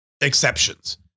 exceptions